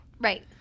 Right